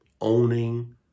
Owning